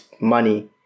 money